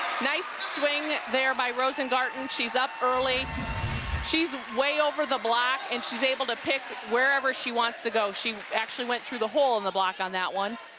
nice swing there by rosengarten she's up early she's way over the block, and she's able to pick wherever she wants to go she actually went through the hole in and the block on that one,